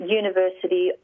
university